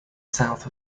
south